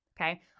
okay